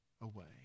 away